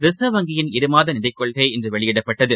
reserve வங்கியின் இருமாத நிதிக்கொள்கை இன்றுவெளியிடப்பட்டது